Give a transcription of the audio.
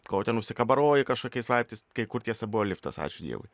kol ten užsikabaroji kažkokiais laiptais kai kur tiesa buvo liftas ačiū dievui